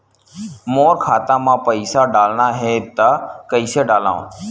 मोर खाता म पईसा डालना हे त कइसे डालव?